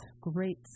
Great